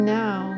now